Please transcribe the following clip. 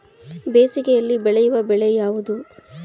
ಬೇಸಿಗೆಯಲ್ಲಿ ಬೆಳೆಯುವ ಬೆಳೆ ಯಾವುದು?